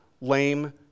lame